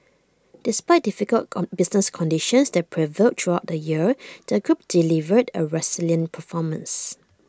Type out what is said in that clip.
despite difficult business conditions that prevailed throughout the year the group delivered A resilient performance